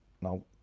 No